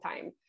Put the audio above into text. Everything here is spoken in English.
time